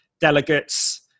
delegates